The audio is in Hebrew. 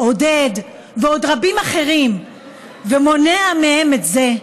עודד ועוד רבים אחרים ומונע מהם את זה,